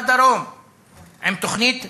בדרום עם תוכנית פראוור,